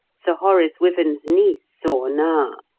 sir horace wyvern's niece saw now.